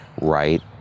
right